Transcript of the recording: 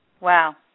Wow